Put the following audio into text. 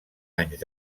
anys